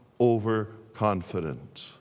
overconfident